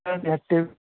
ধরুন একটি